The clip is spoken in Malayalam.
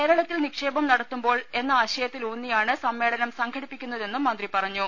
കേരളത്തിൽ നിക്ഷേപം നടത്തുമ്പോൾ എന്ന ആശയത്തിൽ ഊന്നിയാണ് സമ്മേളനം സംഘടിപ്പിക്കുന്നതെന്നും മന്ത്രി പറ ഞ്ഞു